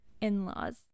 in-laws